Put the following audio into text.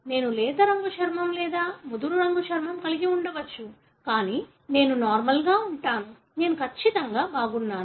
నేను లేతరంగు చర్మం లేదా ముదురు రంగు చర్మం కలిగి ఉండవచ్చు కానీ నేను నార్మల్ గా ఉంటాను నేను ఖచ్చితంగా బాగున్నాను